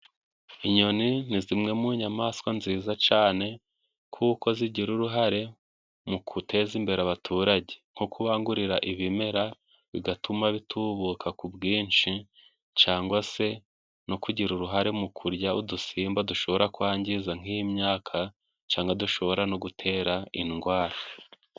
Inyoni ni zimwe mu nyamaswa nziza cane, kuko zigira uruhare mu guteza imbere abaturage, nko kubangurira ibimera, bigatuma bitububuka ku bwinshi, cyangwa se no kugira uruhare mu kurya udusimba, dushobora kwangiza nk'imyaka, cyangwa se dushobora no gutera indwara.